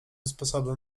sposobem